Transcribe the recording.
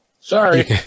Sorry